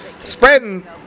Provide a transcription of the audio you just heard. spreading